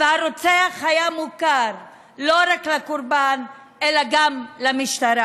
והרוצח היה מוכר לא רק לקורבן אלא גם למשטרה: